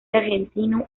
argentino